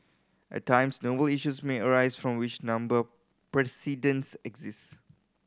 at times novel issues may arise from which number precedents exist